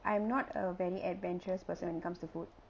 I'm not a very adventurous person when it comes to food